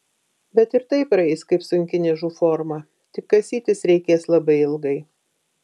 bet ir tai praeis kaip sunki niežų forma tik kasytis reikės labai ilgai